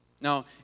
Now